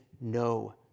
no